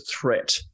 threat